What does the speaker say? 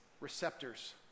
receptors